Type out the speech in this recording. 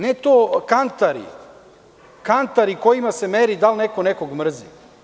Ne kantari, kojima se meri da li neko nekog mrzi.